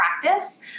practice